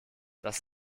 das